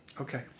Okay